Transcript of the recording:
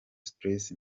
stress